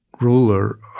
ruler